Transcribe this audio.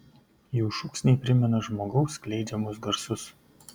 jų šūksniai primena žmogaus skleidžiamus garsus